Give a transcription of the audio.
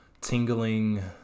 tingling